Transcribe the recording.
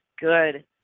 good